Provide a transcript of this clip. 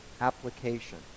application